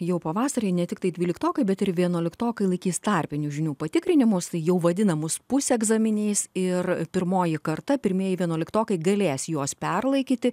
jau pavasarį ne tiktai dvyliktokai bet ir vienuoliktokai laikys tarpinių žinių patikrinimus jau vadinamus pusegzaminiais ir pirmoji karta pirmieji vienuoliktokai galės juos perlaikyti